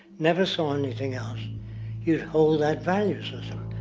never saw anything else you'd hold that value system.